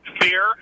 Fear